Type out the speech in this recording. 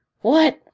what,